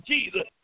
Jesus